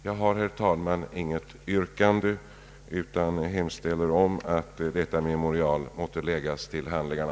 Jag har, herr talman, inte något yrkande utan hemställer att föreliggande memorial måtte läggas till handlingarna.